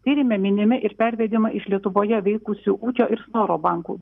tyrime minimi ir pervedimai iš lietuvoje veikusių ūkio ir snoro bankų